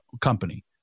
company